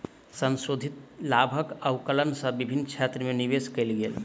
संशोधित लाभक आंकलन सँ विभिन्न क्षेत्र में निवेश कयल गेल